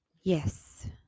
yes